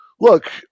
look